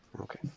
Okay